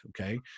okay